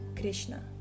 Krishna